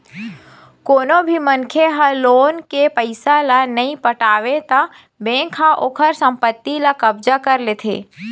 कोनो भी मनखे ह लोन के पइसा ल नइ पटावय त बेंक ह ओखर संपत्ति ल कब्जा कर लेथे